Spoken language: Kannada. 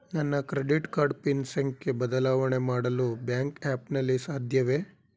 ನನ್ನ ಕ್ರೆಡಿಟ್ ಕಾರ್ಡ್ ಪಿನ್ ಸಂಖ್ಯೆ ಬದಲಾವಣೆ ಮಾಡಲು ಬ್ಯಾಂಕ್ ಆ್ಯಪ್ ನಲ್ಲಿ ಸಾಧ್ಯವೇ?